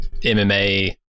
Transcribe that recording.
MMA